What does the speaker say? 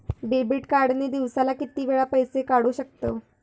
Debit card ने दिवसाला किती वेळा पैसे काढू शकतव?